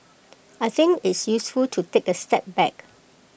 I think it's useful to take A step back